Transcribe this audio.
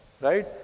right